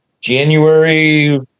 January